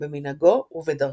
במנהגו ובדרכו".